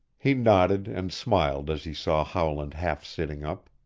he nodded and smiled as he saw howland half sitting up.